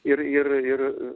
ir ir ir